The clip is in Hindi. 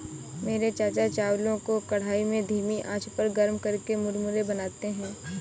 मेरे चाचा चावलों को कढ़ाई में धीमी आंच पर गर्म करके मुरमुरे बनाते हैं